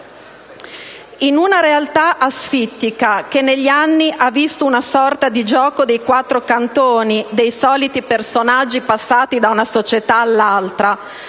In una realtà asfittica che negli anni ha visto una sorta di gioco dei quattro cantoni dei soliti personaggi passati da una società all'altra,